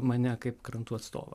mane kaip krantų atstovą